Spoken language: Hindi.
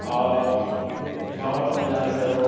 और बहुत ही जो है सो वह